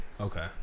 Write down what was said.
Okay